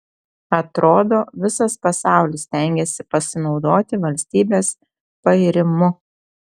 atrodo visas pasaulis stengiasi pasinaudoti valstybės pairimu